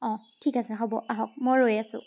অঁ ঠিক আছে হ'ব আহক মই ৰৈ আছোঁ